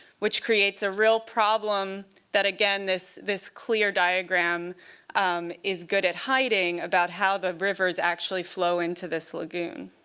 which creates a real problem that again, this this clear diagram um is good at hiding about how the rivers actually flow into this lagoon.